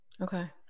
Okay